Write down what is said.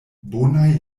bonaj